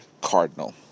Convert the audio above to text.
Cardinal